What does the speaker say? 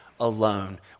alone